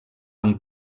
amb